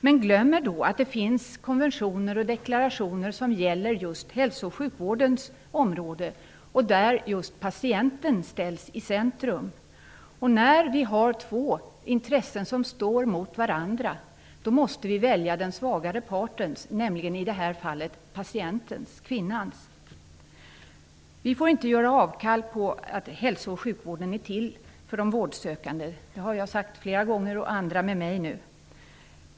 Men han glömmer att det finns konventioner och deklarationer som gäller just hälso och sjukvårdens område där patienten ställs i centrum. När det är två intressen som står mot varandra måste man välja de svagare partens intressen, i det här fallet patientens/kvinnans. Vi får inte göra avkall på att hälso och sjukvården är till för de vårdsökande -- det har jag och flera med mig sagt flera gånger.